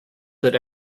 that